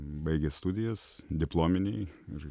baigė studijas diplominiai ir